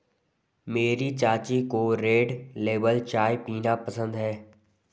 मेरी चाची को रेड लेबल चाय पीना पसंद है